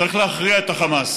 צריך להכריע את החמאס,